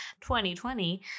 2020